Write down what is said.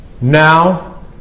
Now